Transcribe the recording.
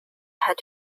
had